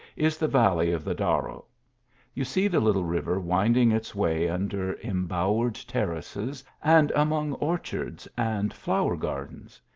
is the valley of the darro you see the little river winding its way under embowered terraces, and among orchards and flower gardens.